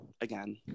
again